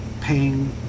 paying